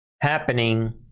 Happening